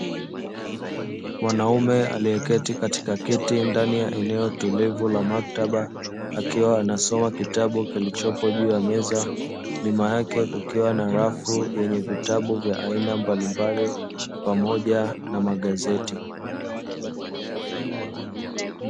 Mwanaume aliyeketi katika kiti ndani ya eneo tulivu la maktaba akiwa anasoma kitabu kilichopo juu ya meza nyuma yake kukiwa na rafu yenye vitabu vya aina mbalimbali pamoja na magazeti.